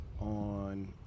On